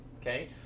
Okay